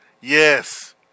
Yes